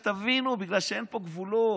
תבינו, זה בגלל שאין פה גבולות.